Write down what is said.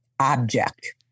Object